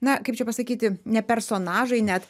na kaip čia pasakyti ne personažai net